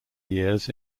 years